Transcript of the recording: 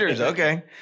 Okay